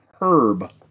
Herb